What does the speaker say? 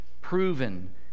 Proven